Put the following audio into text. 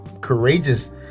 courageous